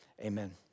Amen